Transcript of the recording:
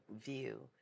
view